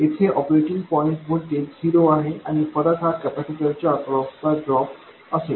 येथे operating point voltage zero आहे आणि फरक हा कॅपेसिटर च्या अक्रॉस चा ड्रॉप असेल